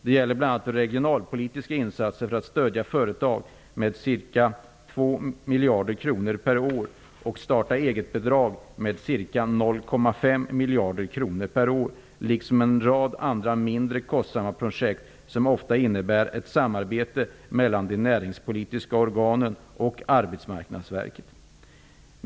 Det gäller bl.a. regionalpolitiska insatser för att stödja företag med ca 2 miljarder kronor per år och starta-eget-bidrag med ca 0,5 miljarder kronor per år liksom en rad andra, mindre kostsamma projekt som ofta innebär ett samarbete mellan de näringspolitiska organen och Arbetsmarknadsverket.